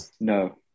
No